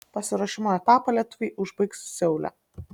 pasiruošimo etapą lietuviai užbaigs seule